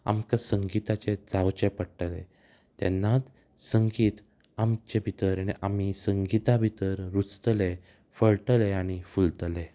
आमकां संगिताचे जावचे पडटले तेन्नात संगीत आमचे भितर आनी आमी संगिता भितर रुचतले फळटले आनी फुलतले